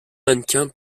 mannequin